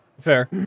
Fair